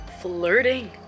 flirting